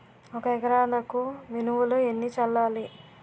ఒక ఎకరాలకు మినువులు ఎన్ని చల్లాలి?